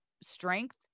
strength